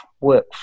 work